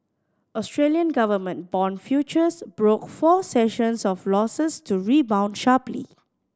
Australian government bond futures broke four sessions of losses to rebound sharply